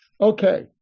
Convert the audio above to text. Okay